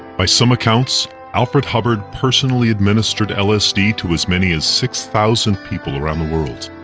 by some accounts, alfred hubbard personally administered lsd to as many as six thousand people around the world.